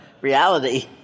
reality